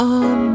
on